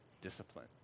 discipline